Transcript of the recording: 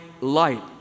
light